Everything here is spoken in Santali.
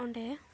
ᱚᱸᱰᱮ